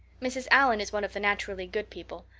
mrs. allan is one of the naturally good people.